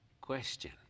question